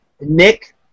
Nick